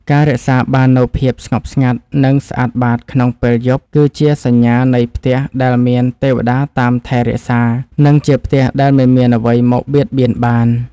ការរក្សាបាននូវភាពស្ងប់ស្ងាត់ និងស្អាតបាតក្នុងពេលយប់ គឺជាសញ្ញានៃផ្ទះដែលមានទេវតាតាមថែរក្សា និងជាផ្ទះដែលមិនមានអ្វីមកបៀតបៀនបាន។